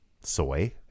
soy